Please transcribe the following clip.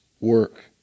work